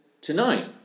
tonight